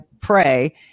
pray